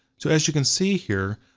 so as you can see here,